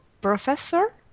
professor